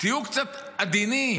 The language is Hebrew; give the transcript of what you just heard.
תהיו קצת עדינים.